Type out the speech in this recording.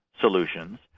solutions